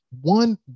one